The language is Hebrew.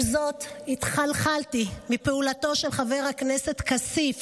עם זאת, התחלחלתי מפעולתו של חבר הכנסת כסיף,